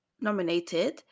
nominated